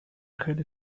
خیلی